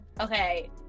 okay